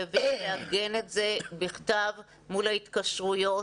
לארגן את זה בכתב מול ההתקשרויות,